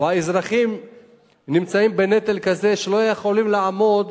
והאזרחים נמצאים בנטל כזה שלא יכולים לעמוד